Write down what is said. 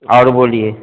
और बोलिए